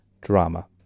drama